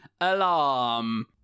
alarm